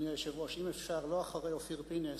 אדוני היושב-ראש, אם אפשר, לא אחרי אופיר פינס.